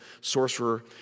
sorcerer